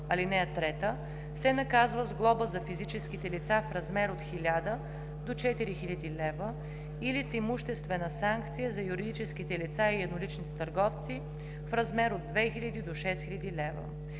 ал. 3, се наказва с глоба за физическите лица в размер от 1000 до 4000 лв. или с имуществена санкция за юридическите лица и едноличните търговци в размер от 2000 до 6000 лв.